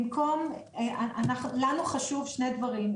לנו חשובים שני דברים.